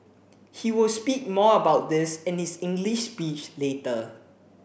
he will speak more about this in his English speech later